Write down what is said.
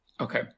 Okay